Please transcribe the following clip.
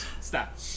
Stop